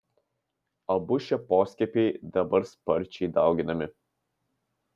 abu šie poskiepiai dabar sparčiai dauginami